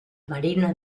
marina